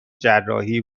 جراحی